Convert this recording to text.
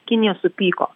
kinija supyko